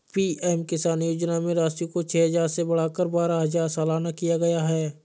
PM किसान योजना में राशि को छह हजार से बढ़ाकर बारह हजार सालाना किया गया है